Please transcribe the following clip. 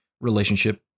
relationship